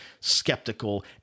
skeptical